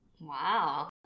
Wow